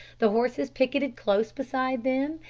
the horses picketted close beside them,